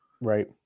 right